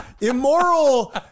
immoral